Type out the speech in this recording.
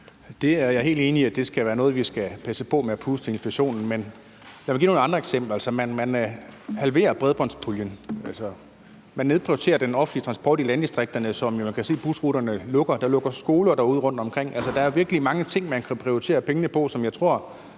Jeg er helt enig i, at vi skal passe på med at puste til inflationen, men jeg vil give nogle andre eksempler. Man halverer bredbåndspuljen. Man nedprioriterer den offentlige transport i landdistrikterne, så man kan se, at busruter lukker. Der lukker skoler derude rundtomkring. Altså, der er virkelig mange ting, man kan prioritere pengene på, som jeg tror